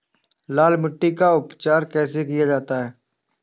लाल मिट्टी का उपचार कैसे किया जाता है?